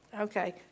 Okay